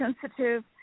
sensitive